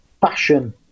fashion